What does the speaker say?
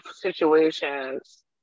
situations